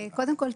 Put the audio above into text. קודם כול,